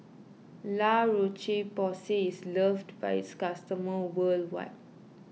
La Roche Porsay is loved by its customers worldwide